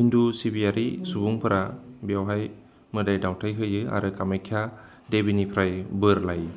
हिन्दु सिबियारि सुबुंफोरा बेवहाय मोदाय दावथाय होयो आरो कामाख्या देबिनिफ्राय बोर लायो